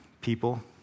People